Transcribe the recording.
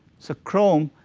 so chrome,